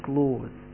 laws